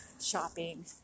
shopping